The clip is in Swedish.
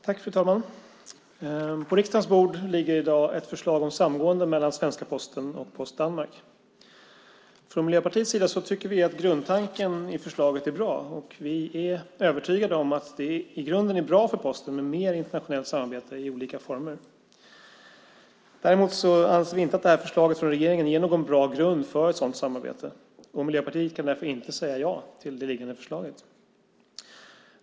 Fru talman! På riksdagens bord ligger i dag ett förslag om samgående mellan svenska Posten och Post Danmark. Från Miljöpartiets sida tycker vi att grundtanken i förslaget är bra. Vi är övertygade om att det i grunden är bra för Posten med mer internationellt samarbete i olika former. Däremot anser vi att förslaget från regeringen inte ger någon bra grund för ett sådant samarbete. Miljöpartiet kan därför inte säga ja till det förslag som föreligger.